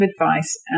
advice